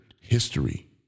history